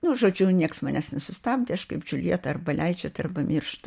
nu žodžiu nieks manęs nesustabdė aš kaip džuljeta arba leidžiat arba mirštu